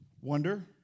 wonder